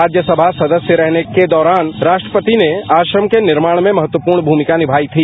राज्यसभा सदस्य रहने के दौरान राष्ट्रपति ने आश्रम के निर्माण में महत्वपूर्ण भूमिका निभाई थी